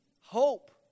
hope